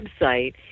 website